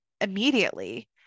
immediately